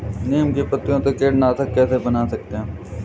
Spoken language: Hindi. नीम की पत्तियों से कीटनाशक कैसे बना सकते हैं?